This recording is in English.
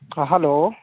hello